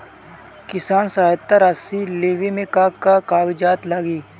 किसान सहायता राशि लेवे में का का कागजात लागी?